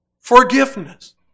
Forgiveness